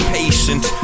patient